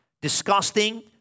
disgusting